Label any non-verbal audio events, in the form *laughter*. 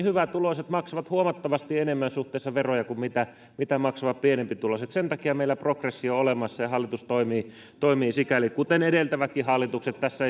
*unintelligible* hyvätuloiset maksavat suhteessa huomattavasti enemmän veroja kuin mitä mitä maksavat pienempituloiset sen takia meillä on progressio olemassa ja hallitus toimii toimii sikäli kuten edeltävätkin hallitukset tässä *unintelligible*